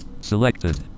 Selected